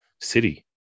city